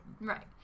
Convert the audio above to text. Right